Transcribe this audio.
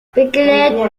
pickled